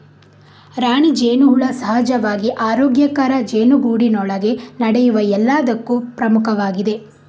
ರಾಣಿ ಜೇನುಹುಳ ಸಹಜವಾಗಿ ಆರೋಗ್ಯಕರ ಜೇನುಗೂಡಿನೊಳಗೆ ನಡೆಯುವ ಎಲ್ಲದಕ್ಕೂ ಪ್ರಮುಖವಾಗಿದೆ